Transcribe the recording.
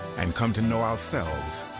and come to know ourselves